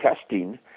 testing